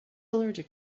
allergic